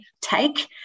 take